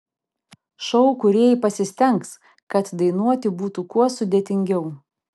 šou kūrėjai pasistengs kad dainuoti būtų kuo sudėtingiau